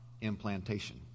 implantation